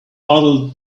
bottle